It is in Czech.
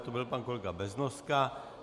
To byl pan kolega Beznoska.